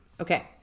Okay